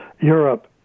Europe